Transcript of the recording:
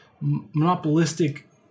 monopolistic